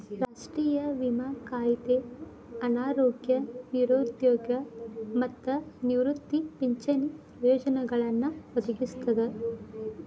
ರಾಷ್ಟ್ರೇಯ ವಿಮಾ ಕಾಯ್ದೆ ಅನಾರೋಗ್ಯ ನಿರುದ್ಯೋಗ ಮತ್ತ ನಿವೃತ್ತಿ ಪಿಂಚಣಿ ಪ್ರಯೋಜನಗಳನ್ನ ಒದಗಿಸ್ತದ